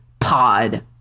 pod